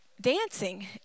dancing